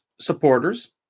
supporters